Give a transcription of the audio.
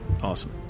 awesome